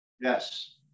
Yes